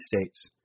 states